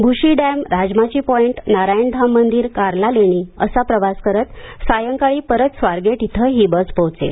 Bhushi dam Rajmachi point Narayandham मंदिर कार्ला लेणी असा प्रवास करीत सायंकाळी परत स्वारगेट इथं ही बस पोहोचेल